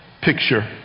picture